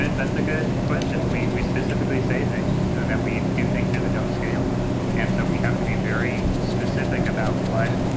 that's a good question. we we specifically say that we do things here that don't scale and so we have to be very specific about what